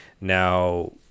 now